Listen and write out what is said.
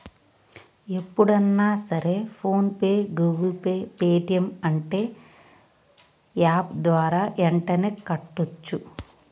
ఎప్పుడన్నా సరే PhonePe Google Pay Paytm అంటే యాప్ ద్వారా యెంటనే కట్టోచ్చు